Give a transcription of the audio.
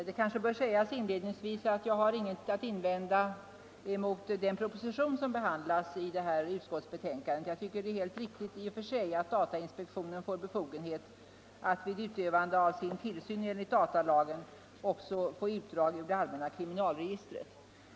Herr talman! Det kanske inledningsvis bör sägas att jag inte har något att invända mot den proposition som behandlas i detta utskottsbetänkande. Jag tycker det är helt riktigt i och för sig att datainspektionen har befogenhet att vid utövandet av sin tillsyn enligt datalagen också få utdrag ur det allmänna kriminalregistret.